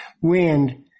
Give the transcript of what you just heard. wind